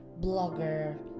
blogger